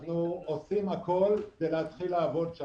שזה לא רק מנהיגות אלא יכולות ניהוליות ביצועיות.